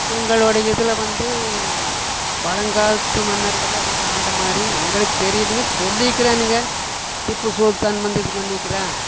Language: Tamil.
எங்களுடைய இதில் வந்து பழங்காலத்து மன்னர்கள்ல வந்து ஆண்டமாதிரி எங்களுக்கு தெரியலைங்க சொல்லிக்கிறானுங்க திப்பு சுல்தான் வந்து இது பண்ணிக்கிறான்